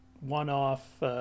one-off